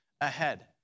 ahead